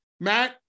Matt